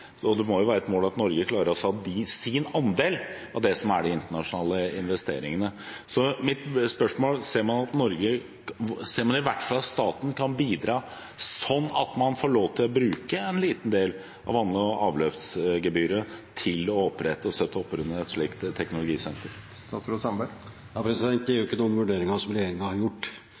og det må jo være et mål at Norge tar sin andel av de internasjonale investeringene. Mitt spørsmål er: Ser man i hvert fall at staten kan bidra, slik at man får lov til å bruke en liten del av vann- og avløpsgebyret til å opprette et slikt teknologisenter? Dette er ikke vurderinger som regjeringen har gjort, men det er